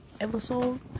episode